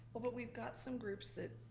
but but we've got some groups that